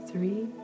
Three